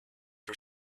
for